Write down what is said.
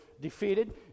defeated